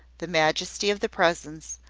the majesty of the presence,